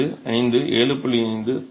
5 5 7